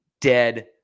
dead